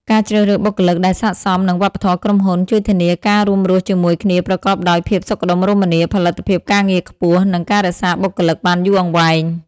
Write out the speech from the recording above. ការជ្រើសរើសបុគ្គលិកដែលស័ក្តិសមនឹងវប្បធម៌ក្រុមហ៊ុនជួយធានាការរួមរស់ជាមួយគ្នាប្រកបដោយភាពសុខដុមរមនា ផលិតភាពការងារខ្ពស់ និងការរក្សាបុគ្គលិកបានយូរអង្វែង។